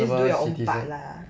just do your own part lah